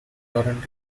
current